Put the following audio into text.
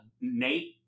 Nate